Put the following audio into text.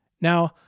Now